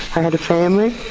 i had a family.